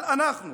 אבל אנחנו,